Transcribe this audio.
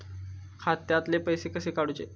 खात्यातले पैसे कसे काडूचे?